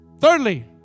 thirdly